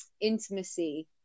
intimacy